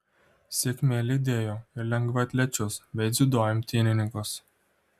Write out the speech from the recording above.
sėkmė lydėjo ir lengvaatlečius bei dziudo imtynininkus